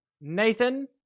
Nathan